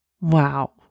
Wow